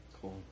Cool